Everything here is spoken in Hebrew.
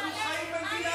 אני מתפלאת עליכם.